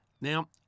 Now